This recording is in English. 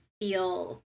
feel